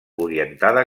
orientada